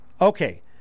Okay